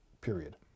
period